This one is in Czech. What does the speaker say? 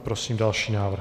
Prosím další návrh.